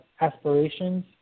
aspirations